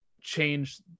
change